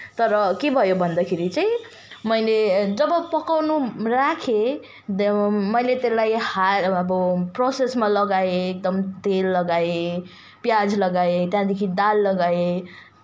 तर के भयो भन्दाखेरि चाहिँ मैले जब पकाउन राखेँ मैले त्यसलाई हायर प्रसेसमा लगाएँ एकदम तेल लगाएँ प्याज लगाएँ त्यहाँदेखि दाल लगाएँ